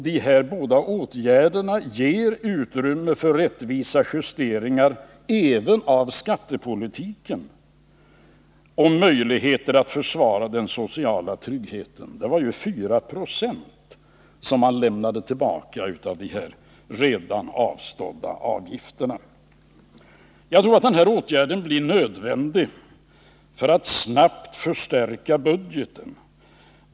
Dessa båda åtgärder ger utrymme för rättvisa justeringar även av skattepolitiken — och möjligheter att försvara den sociala tryggheten. Det var ju 4 20 som man lämnade tillbaka av dessa redan avstådda avgifter. Jag tror att åtgärderna blir nödvändiga för att snabbt förstärka budgeten.